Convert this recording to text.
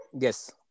yes